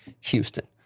Houston